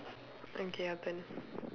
okay your turn